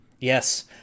Yes